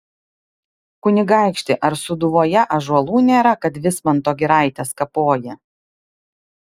kunigaikšti ar sūduvoje ąžuolų nėra kad vismanto giraites kapoji